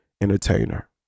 entertainer